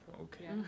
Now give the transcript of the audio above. Okay